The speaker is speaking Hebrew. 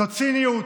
זו ציניות,